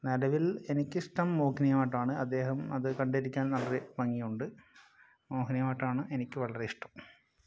നിലവിൽ എനിക്കിഷ്ടം മോഹിനിയാട്ടമാണ് അദ്ദേഹം അതു കണ്ടിരിക്കാൻ വളരെ ഭംഗിയുണ്ട് മോഹിനിയാട്ടമാണ് എനിക്കു വളരെ ഇഷ്ടം